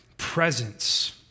presence